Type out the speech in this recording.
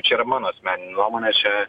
čia yra mano asmeninė nuomonė čia